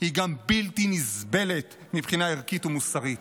היא גם בלתי נסבלת מבחינה ערכית ומוסרית.